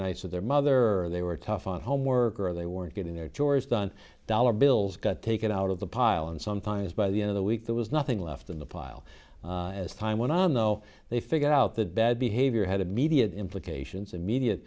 nice with their mother they were tough on homework or they weren't getting their chores done dollar bills got taken out of the pile and sometimes by the end of the week there was nothing left in the pile as time went on though they figured out that bad behavior had immediate implications of immediate